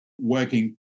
working